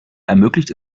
ermöglicht